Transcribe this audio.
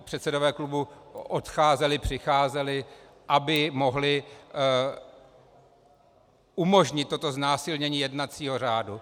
Předsedové klubů odcházeli, přicházeli, aby mohli umožnit toto znásilnění jednacího řádu.